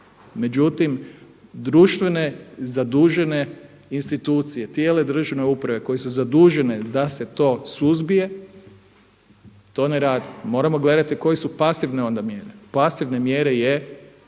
Međutim društvene zadužene institucije, tijela državne uprave koje su zadužene da se to suzbije to ne rade. Moramo gledati koje su pasivne onda mjere. Pasivne mjere su